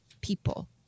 people